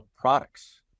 products